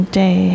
day